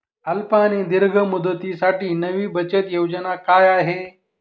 अल्प आणि दीर्घ मुदतीसाठी नवी बचत योजना काय आहे?